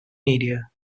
media